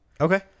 Okay